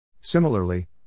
Similarly